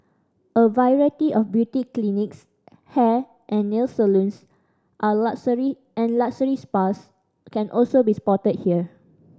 a variety of beauty clinics hair and nail salons and luxury and luxury spas can also be spotted here